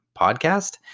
podcast